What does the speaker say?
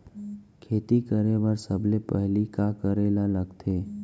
खेती करे बर सबले पहिली का करे ला लगथे?